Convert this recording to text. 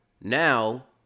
Now